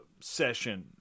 session